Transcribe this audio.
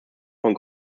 von